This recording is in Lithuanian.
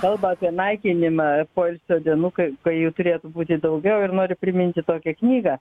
kalba apie naikinimą poilsio dienų kai kai jų turėtų būti daugiau ir noriu priminti tokią knygą